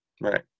Right